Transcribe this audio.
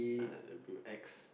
uh the pre~ X